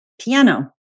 piano